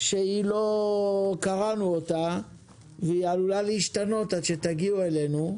שלא קראנו אותה והיא עלולה להשתנות עד שתגיעו אלינו.